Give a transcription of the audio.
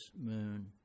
moon